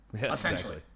essentially